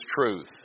truth